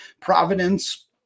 Providence